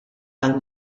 għal